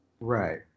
right